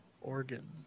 organ